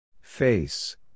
Face